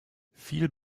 viel